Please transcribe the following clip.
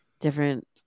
different